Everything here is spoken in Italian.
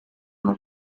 non